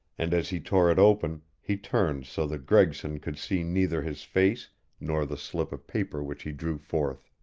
and as he tore it open he turned so that gregson could see neither his face nor the slip of paper which he drew forth.